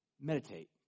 meditate